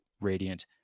radiant